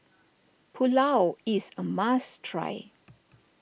Pulao is a must try